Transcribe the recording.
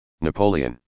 Napoleon